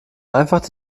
einfach